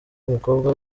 umukobwa